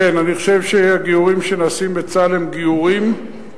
אני חושב שהגיורים שנעשים בצה"ל הם גיורים,